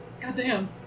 Goddamn